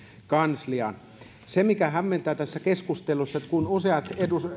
kansliaan se mikä hämmentää tässä keskustelussa on että useat